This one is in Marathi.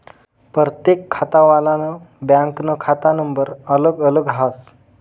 परतेक खातावालानं बँकनं खाता नंबर अलग अलग हास